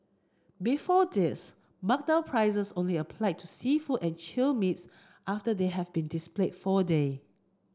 before this marked down prices only applied to seafood and chilled meats after they have been displayed for a day